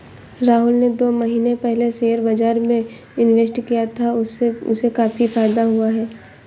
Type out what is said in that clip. राहुल ने दो महीने पहले शेयर बाजार में इन्वेस्ट किया था, उससे उसे काफी फायदा हुआ है